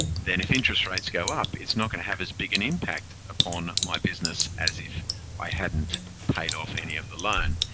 then if interest rates go up, it's not going to have as big an impact upon my business as if i hadn't paid off any of the loan.